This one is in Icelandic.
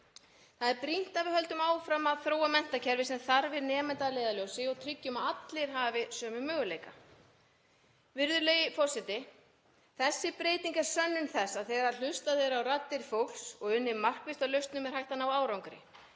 Það er brýnt að við höldum áfram að þróa menntakerfi með þarfir nemenda að leiðarljósi og tryggjum að allir hafi sömu möguleika. Virðulegi forseti. Þessi breyting er sönnun þess að þegar hlustað er á raddir fólks og unnið markvisst að lausnum er hægt að ná árangri.